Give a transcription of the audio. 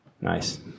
Nice